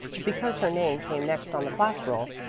but because her name came next on the class roll.